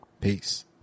Peace